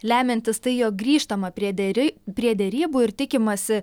lemiantis tai jog grįžtama prie derė prie derybų ir tikimasi